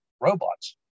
robots